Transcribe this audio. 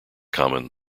common